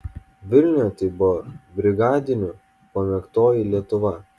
vilniuje tai buvo brigadinių pamėgtoji lietuva